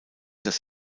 dass